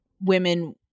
women